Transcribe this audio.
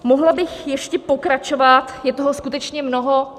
Mohla bych ještě pokračovat, je toho skutečně mnoho.